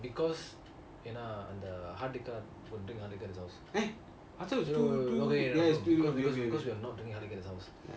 because என்ன அந்தண்:enna anthan drink hard liquor in his house okay okay no no because because we are not drinking hard liquor in his house